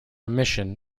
mission